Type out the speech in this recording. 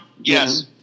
yes